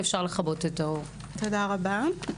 תודה רבה.